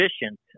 efficient